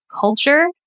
culture